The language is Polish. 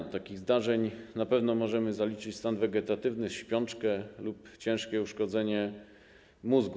Do takich zdarzeń na pewno możemy zaliczyć stan wegetatywny, śpiączkę lub ciężkie uszkodzenie mózgu.